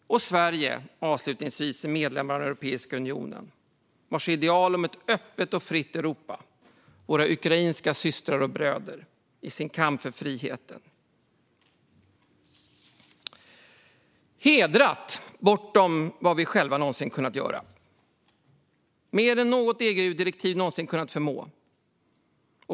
Sverige är, avslutningsvis, medlem i Europeiska unionen, vars ideal om ett öppet och fritt Europa våra ukrainska systrar och bröder i deras kamp för friheten har hedrat bortom vad vi själva någonsin har kunnat göra och mer än något EU-direktiv någonsin har kunnat förmå.